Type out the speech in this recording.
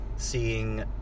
seeing